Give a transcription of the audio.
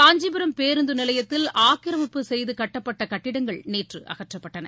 காஞ்சிபுரம் பேருந்து நிலையத்தில் ஆக்கிரமிப்பு செய்து கட்டப்பட்ட கட்டங்கள் நேற்று அகற்றப்பட்டன